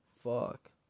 fuck